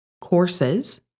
courses